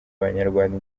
abanyarwanda